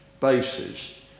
bases